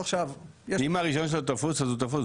אם הרישיון שלו תפוס אז הוא תפוס,